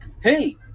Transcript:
hey